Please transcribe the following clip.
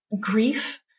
grief